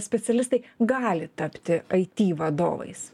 specialistai gali tapti aiti vadovais